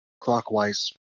clockwise